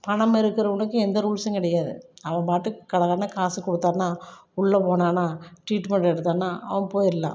பணமிருக்கிறவனுக்கு எந்த ரூல்ஸும் கிடையாது அவன் பாட்டுக்கு கடகடன்னு காசு கொடுத்தான்னா உள்ளே போனான்னா ட்ரீட்மெண்ட் எடுத்தான்னா அவன் போயிடலாம்